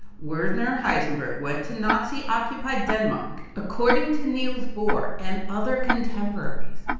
werner heisenberg went to nazi occupied denmark, according to niels bohr and other contemporaries,